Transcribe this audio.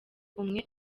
umwe